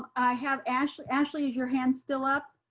i have ashley, ashley, is your hands still up?